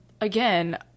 again